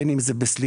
בין אם זה בסליקה,